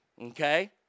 okay